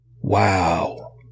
Wow